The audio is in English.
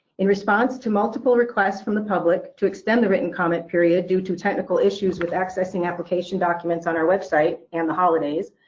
in response to multiple requests from the public to extend the written comment period due to technical issues with accessing application documents on our website and the holidays,